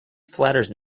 flatters